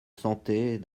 sentais